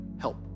Help